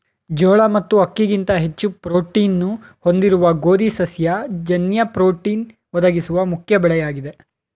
ಜೋಳ ಮತ್ತು ಅಕ್ಕಿಗಿಂತ ಹೆಚ್ಚು ಪ್ರೋಟೀನ್ನ್ನು ಹೊಂದಿರುವ ಗೋಧಿ ಸಸ್ಯ ಜನ್ಯ ಪ್ರೋಟೀನ್ ಒದಗಿಸುವ ಮುಖ್ಯ ಬೆಳೆಯಾಗಿದೆ